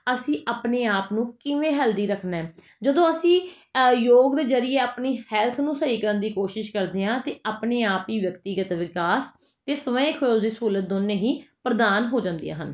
ਅਸੀਂ ਆਪਣੇ ਆਪ ਨੂੰ ਕਿਵੇਂ ਹੈਲਦੀ ਰੱਖਣਾ ਜਦੋਂ ਅਸੀਂ ਅ ਯੋਗ ਦੇ ਜ਼ਰੀਏ ਆਪਣੀ ਹੈਲਥ ਨੂੰ ਸਹੀ ਕਰਨ ਦੀ ਕੋਸ਼ਿਸ਼ ਕਰਦੇ ਹਾਂ ਤਾਂ ਆਪਣੇ ਆਪ ਹੀ ਵਿਅਕਤੀਗਤ ਵਿਕਾਸ ਅਤੇ ਸਵੈ ਖੋਜ ਦੀ ਸਹੂਲਤ ਦੋਵੇਂ ਹੀ ਪ੍ਰਦਾਨ ਹੋ ਜਾਂਦੀਆਂ ਹਨ